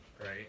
Right